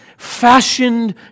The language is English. fashioned